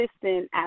assistant